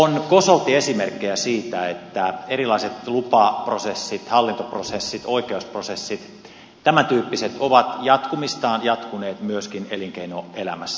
on kosolti esimerkkejä siitä että erilaiset lupaprosessit hallintoprosessit oikeusprosessit tämäntyyppiset ovat jatkumistaan jatkuneet myöskin elinkeinoelämässä